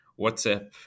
WhatsApp